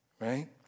right